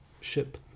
ship